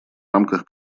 рамках